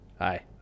Hi